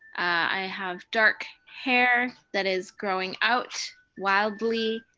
i have dark hair that is growing out wildly,